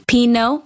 Pino